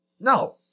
No